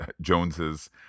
Joneses